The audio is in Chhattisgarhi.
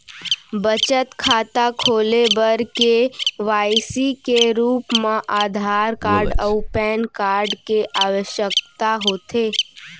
बचत खाता खोले बर के.वाइ.सी के रूप मा आधार कार्ड अऊ पैन कार्ड के आवसकता होथे